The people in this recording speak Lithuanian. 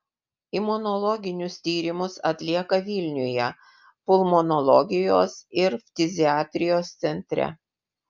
imunologinius tyrimus atlieka vilniuje pulmonologijos ir ftiziatrijos centre